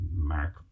Mark